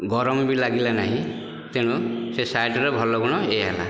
ଗରମ ବି ଲାଗିଲା ନାହିଁ ତେଣୁ ସେ ସାର୍ଟର ଭଲ ଗୁଣ ଏଇଆ ହେଲା